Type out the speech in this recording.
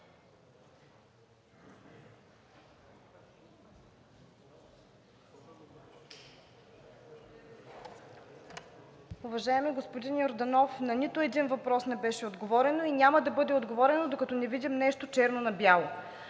Уважаеми господин Йорданов, на нито един въпрос не беше отговорено и няма да бъде отговорено, докато не видим нещо черно на бяло.